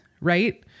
Right